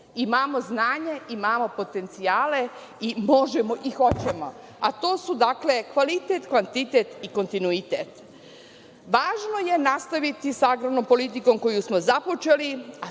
Imamo znanje, imamo potencijale i možemo i hoćemo. To su dakle kvalitet, kvantitet i kontinuitet. Važno je nastaviti sa agrarnom politikom koju smo započeli,